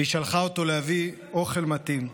והיא שלחה אותו להביא אוכל מתאים.